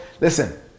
Listen